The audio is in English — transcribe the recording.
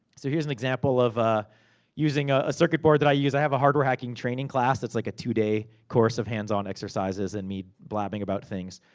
so, here's an example of ah using ah a circuit board that i use. i have a hardware hacking training class, that's like a two-day course of hands-on exercises, and me blabbing about things.